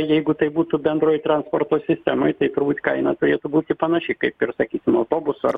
jeigu tai būtų bendroj transporto sistemoj tai turbūt kaina turėtų būti panaši kaip ir sakykim autobuso ar